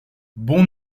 bon